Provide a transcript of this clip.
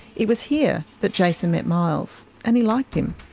it was here that jason met miles, and he liked him.